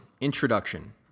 Introduction